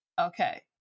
Okay